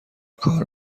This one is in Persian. کار